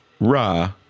ra